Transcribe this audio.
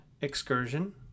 Excursion